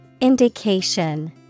Indication